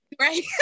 Right